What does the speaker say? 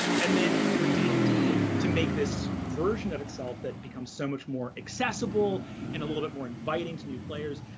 and then for d and d to make this version of itself that becomes so much more accessible and a little bit more inviting to new players,